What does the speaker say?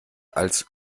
als